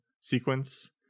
sequence